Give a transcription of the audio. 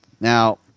Now